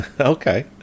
Okay